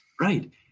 Right